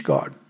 God।